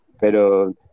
Pero